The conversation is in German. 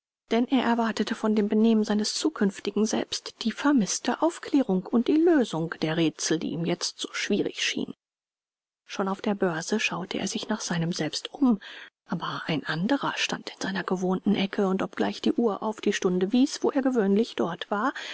denn er erwartete von dem benehmen seines zukünftigen selbst die vermißte aufklärung und die lösung der rätsel die ihm jetzt so schwierig schien schon auf der börse schaute er sich nach seinem selbst um aber ein anderer stand in seiner gewohnten ecke und obgleich die uhr auf die stunde wies wo er gewöhnlich dort war